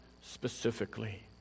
specifically